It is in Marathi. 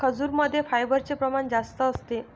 खजूरमध्ये फायबरचे प्रमाण जास्त असते